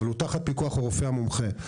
אבל הוא תחת פיקוח הרופא המומחה.